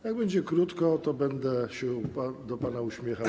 Jak będzie krótko, to będę się do pana ciepło uśmiechał.